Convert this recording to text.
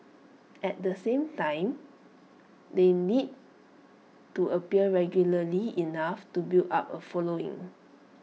at the same time they need to appear regularly enough to build up A following